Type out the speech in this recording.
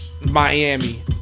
Miami